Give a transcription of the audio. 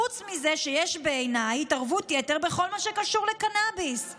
חוץ מזה שיש בעיני התערבות יתר בכל מה שקשור לקנביס";